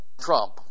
Trump